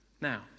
Now